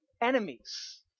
enemies